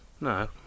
No